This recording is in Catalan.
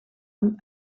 amb